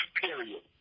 period